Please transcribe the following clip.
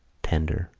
tender,